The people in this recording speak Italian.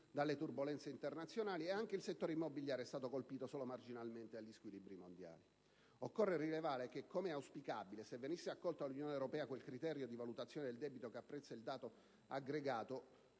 dalle turbolenze internazionali ed anche il settore immobiliare è stato colpito solo marginalmente dagli squilibri mondiali. Occorre rilevare che, come è auspicabile, se venisse accolto dall'Unione europea quel criterio di valutazione del debito che apprezza il dato aggregato,